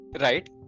Right